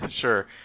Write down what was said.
Sure